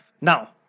now